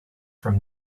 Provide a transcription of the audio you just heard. from